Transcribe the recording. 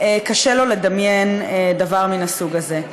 קשה לו לדמיין דבר מן הסוג הזה.